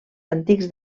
antics